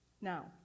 Now